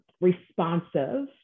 responsive